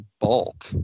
bulk